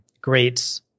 Greats